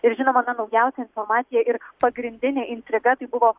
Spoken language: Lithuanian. ir žinoma na naujausia informacija ir pagrindinė intriga tai buvo